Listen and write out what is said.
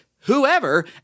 whoever